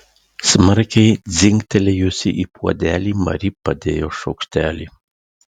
smarkiai dzingtelėjusi į puodelį mari padėjo šaukštelį